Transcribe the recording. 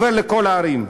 עובר לכל הערים.